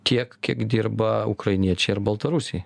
tiek kiek dirba ukrainiečiai ar baltarusiai